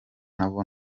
nabo